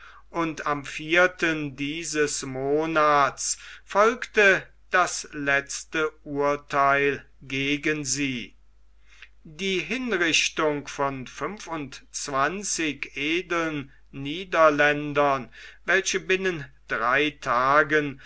und am vierten dieses monats folgte das letzte urtheil gegen sie die hinrichtung von fünfundzwanzig edeln niederländern welche binnen drei tagen